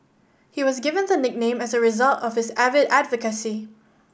he was given the nickname as a result of his avid advocacy